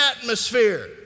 atmosphere